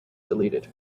deleted